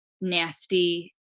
nasty